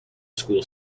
school